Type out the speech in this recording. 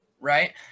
right